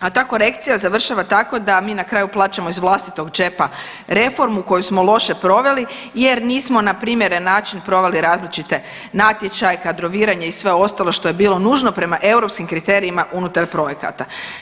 a ta korekcija završava tako da mi na kraju plaćamo iz vlastitog džepa reformu koju smo loše proveli jer nismo na primjeren način proveli različite natječaje, kadroviranje i sve ostalo što je bilo nužno prema europskim kriterijima unutar projekata.